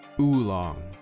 oolong